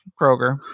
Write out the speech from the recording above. Kroger